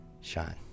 shine